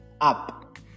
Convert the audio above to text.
up